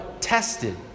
tested